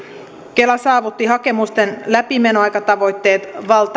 kela saavutti hakemusten läpimenoaikatavoitteet